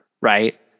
right